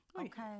Okay